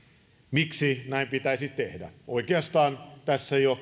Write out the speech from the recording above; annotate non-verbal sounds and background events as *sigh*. miksi näin pitäisi tehdä oikeastaan tässä jo *unintelligible*